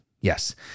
Yes